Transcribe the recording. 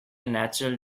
natural